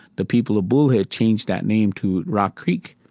the people of bull head changed that name to rock creek.